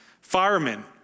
Firemen